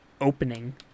opening